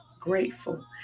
grateful